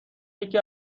یکی